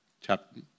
chapter